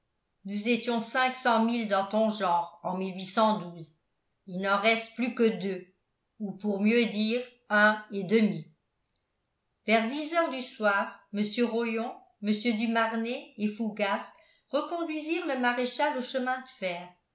nous étions cinq cent mille dans ton genre en il n'en reste plus que deux ou pour mieux dire un et demi vers dix heures du soir mr rollon mr du marnet et fougas reconduisirent le maréchal au chemin de fer